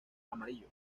amarillo